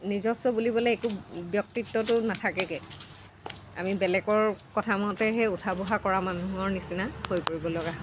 নিজস্ব বুলিবলৈ একো ব্যক্তিত্বটো নাথাকেগৈ আমি বেলেগৰ কথা মতেহে উঠা বহা কৰা মানুহৰ নিচিনা হৈ পৰিব লগা হয়